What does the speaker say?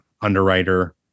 underwriter